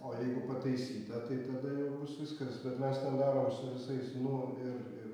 o jeigu pataisytą tai tada jau bus viskas bet mes ten darom su visais nu ir ir